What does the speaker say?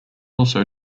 also